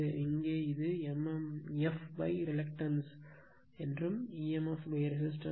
இங்கே இது mmf reluctance என்று emf ரெசிஸ்டன்ஸ்